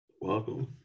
welcome